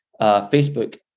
Facebook